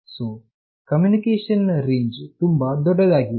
so communication ನ range ವು ತುಂಬಾ ದೊಡ್ಡದಾಗಿಲ್ಲ